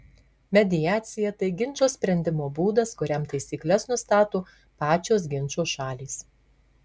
mediacija tai ginčo sprendimo būdas kuriam taisykles nustato pačios ginčo šalys